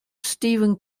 stephen